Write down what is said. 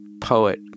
poet